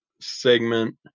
segment